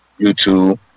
YouTube